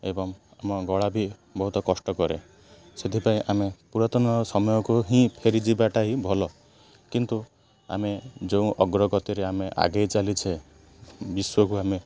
ଏବଂ ଆମ ଗଳା ବି ବହୁତ କଷ୍ଟ କରେ ସେଥିପାଇଁ ଆମେ ପୁରାତନ ସମୟକୁ ହିଁ ଫେରିଯିବାଟା ହିଁ ଭଲ କିନ୍ତୁ ଆମେ ଯେଉଁ ଅଗ୍ରଗତିରେ ଆମେ ଆଗେଇ ଚାଲିଛେ ବିଶ୍ୱକୁ ଆମେ